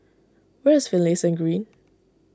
where is Finlayson Green